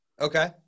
okay